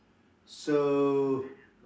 so